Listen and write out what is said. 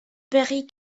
parie